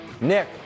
Nick